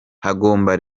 hagomba